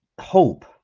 hope